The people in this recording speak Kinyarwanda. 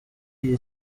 iyi